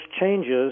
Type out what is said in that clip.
changes